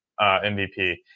MVP